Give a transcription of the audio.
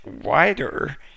wider